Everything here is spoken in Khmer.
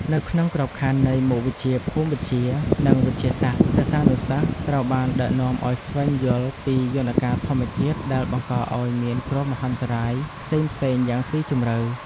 នៅក្នុងក្របខ័ណ្ឌនៃមុខវិជ្ជាភូមិវិទ្យា និងវិទ្យាសាស្ត្រ សិស្សានុសិស្សត្រូវបានដឹកនាំឱ្យស្វែងយល់ពីយន្តការធម្មជាតិដែលបង្កឱ្យមានគ្រោះមហន្តរាយផ្សេងៗយ៉ាងស៊ីជម្រៅ។